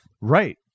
right